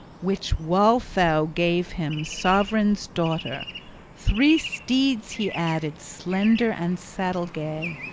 which wealhtheow gave him sovran's daughter three steeds he added, slender and saddle-gay.